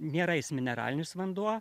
nėra jis mineralinis vanduo